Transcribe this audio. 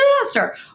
disaster